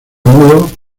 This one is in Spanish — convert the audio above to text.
mudo